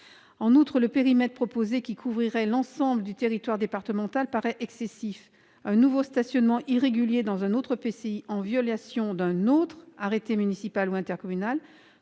En outre, le périmètre proposé, qui couvrirait l'ensemble du territoire départemental, paraît excessif. Un nouveau stationnement irrégulier dans un autre EPCI, en violation d'un autre arrêté municipal ou intercommunal,